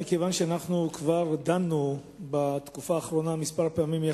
מינוי קאדים בבתי-הדין השרעיים,